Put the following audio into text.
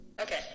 Okay